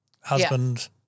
husband